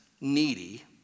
needy